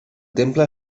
temple